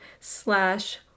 slash